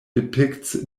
depicts